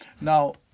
Now